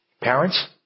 Parents